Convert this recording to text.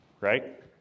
right